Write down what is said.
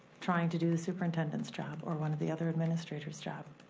trying to do the superintendent's job or one of the other administrator's job.